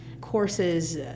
courses